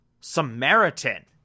Samaritan